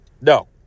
No